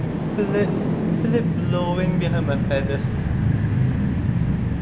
slip blowing and below my feathers